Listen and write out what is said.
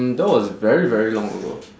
mm that was very very long ago